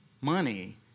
money